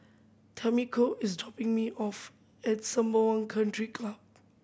Tamiko is dropping me off at Sembawang Country Club